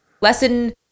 lesson